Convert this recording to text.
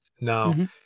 now